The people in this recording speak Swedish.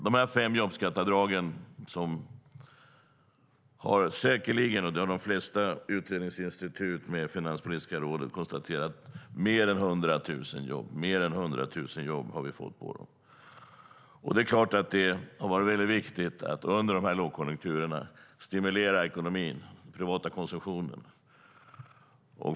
De fem jobbskatteavdragen, som säkerligen - det har de flesta utredningsinstitut, med Finanspolitiska rådet, konstaterat - gett mer än 100 000 jobb. Det är klart att det har varit viktigt att under de här lågkonjunkturerna stimulera ekonomin och den privata konsumtionen.